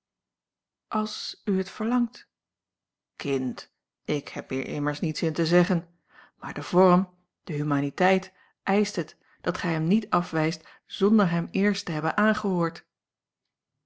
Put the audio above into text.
als u het verlangt kind ik heb hier immers niets in te zeggen maar de vorm de humaniteit eischt het dat gij hem niet afwijst zonder hem eerst te hebben aangehoord